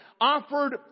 offered